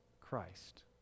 Christ